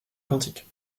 quantique